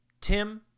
Tim